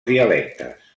dialectes